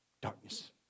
darkness